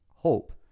Hope